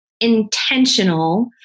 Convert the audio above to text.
intentional